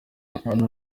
hano